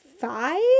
five